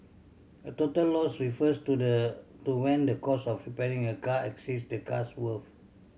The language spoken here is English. a total loss refers to the to when the cost of repairing a car exceeds the car's worth